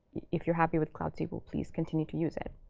if you're happy with cloud sql, please continue to use it.